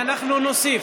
ואנחנו נוסיף,